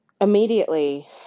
immediately